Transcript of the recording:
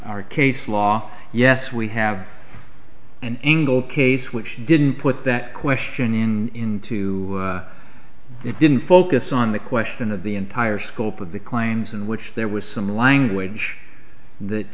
our case law yes we have an angle case which didn't put that question in to it didn't focus on the question of the entire scope of the claims in which there was some language that